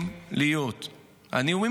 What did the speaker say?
להיות מעל במת האו"ם ממש לפני שבוע,